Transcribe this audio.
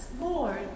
Lord